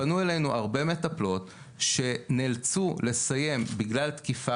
פנו אלינו הרבה מטפלות שנאלצו לסיים בגלל תקיפה